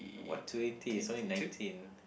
what twenty it's only nineteen